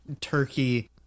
turkey